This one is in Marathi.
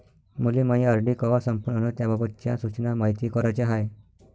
मले मायी आर.डी कवा संपन अन त्याबाबतच्या सूचना मायती कराच्या हाय